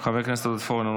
חבר הכנסת יוסף עטאונה,